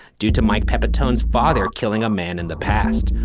due to like pepitone's father killing a man in the past.